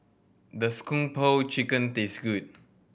does Kung Po Chicken taste good